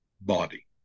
body